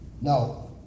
Now